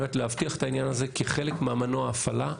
רק להבטיח את העניין הזה כחלק מ"מנוע ההפעלה"